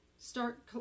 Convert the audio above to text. start